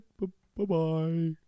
Bye-bye